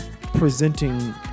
presenting